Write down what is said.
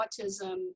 autism